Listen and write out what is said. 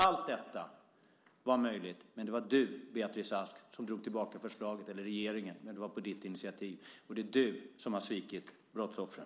Allt detta var möjligt, men det var på ditt initiativ, Beatrice Ask, som regeringen drog tillbaka förslaget. Och det är du som har svikit brottsoffren.